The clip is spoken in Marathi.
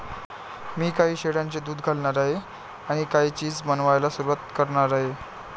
मी काही शेळ्यांचे दूध घालणार आहे आणि काही चीज बनवायला सुरुवात करणार आहे